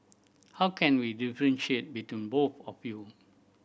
how can we differentiate between both of you